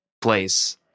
place